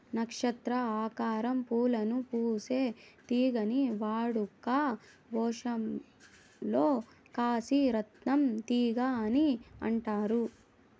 నక్షత్ర ఆకారం పూలను పూసే తీగని వాడుక భాషలో కాశీ రత్నం తీగ అని అంటారు